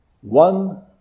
one